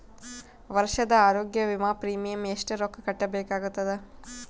ವರ್ಷದ ಆರೋಗ್ಯ ವಿಮಾ ಪ್ರೀಮಿಯಂ ಎಷ್ಟ ರೊಕ್ಕ ಕಟ್ಟಬೇಕಾಗತದ?